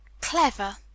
Clever